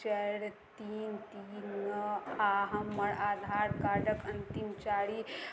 चारि तीन तीन नओ आओर हमर आधार कार्डके अन्तिम चारि